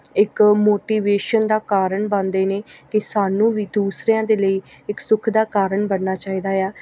ਇੱਕ ਮੋਟੀਵੇਸ਼ਨ ਦਾ ਕਾਰਨ ਬਣਦੇ ਨੇ ਕਿ ਸਾਨੂੰ ਵੀ ਦੂਸਰਿਆਂ ਦੇ ਲਈ ਇੱਕ ਸੁੱਖ ਦਾ ਕਾਰਨ ਬਣਨਾ ਚਾਹੀਦਾ ਆ